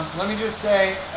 let me just say